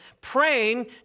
praying